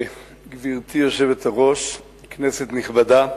גברתי היושבת-ראש, כנסת נכבדה,